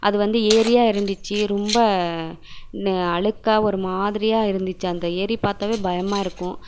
அது வந்து ஏரியாக இருந்துச்சு ரொம்ப அழுக்காக ஒரு மாதிரியாக இருந்துச்சு அந்த ஏரி பார்த்தாவே பயமாகருக்கும்